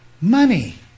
Money